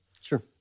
Sure